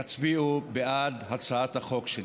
יצביעו בעד הצעת החוק שלי?